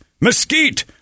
Mesquite